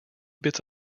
bits